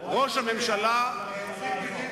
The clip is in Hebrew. כי ציפי